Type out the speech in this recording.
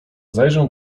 zajrzę